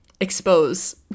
expose